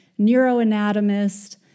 neuroanatomist